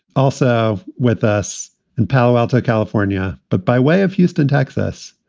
also with us in palo alto, california. but by way of houston, texas,